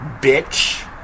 bitch